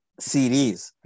CDs